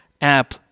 app